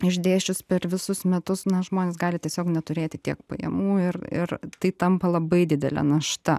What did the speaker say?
išdėsčius per visus metus na žmonės gali tiesiog neturėti tiek pajamų ir ir tai tampa labai didele našta